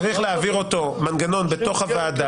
לא צריך בשביל זה לייצר חקיקה.